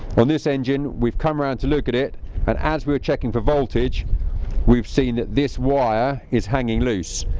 on this engine we've come around to look at it and as we were checking for voltage we've seen that this wire is hanging loose.